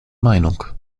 meinung